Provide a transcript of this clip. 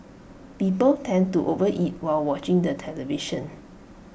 people tend to overeat while watching the television